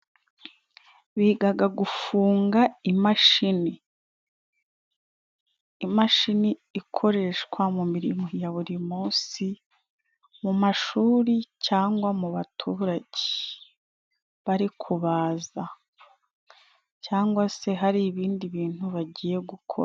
Bigaga gufunga imashini. Imashini ikoreshwa mu mirimo ya buri munsi, mu mashuri cyangwa mu baturage bari kubaza cyangwa se hari ibindi bintu bagiye gukora.